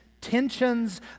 tensions